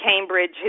Cambridge